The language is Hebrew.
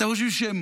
אתם חושבים שהם